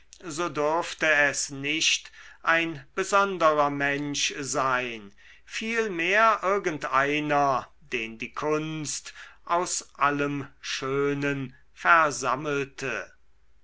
so dürfte es nicht ein besonderer mensch sein vielmehr irgendeiner den die kunst aus allem schönen versammelte